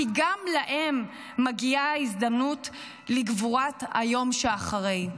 כי גם להם מגיע ההזדמנות לגבורת היום שאחרי.